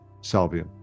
salvia